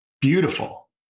beautiful